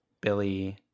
billy